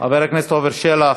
חבר הכנסת עפר שלח,